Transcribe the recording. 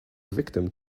victim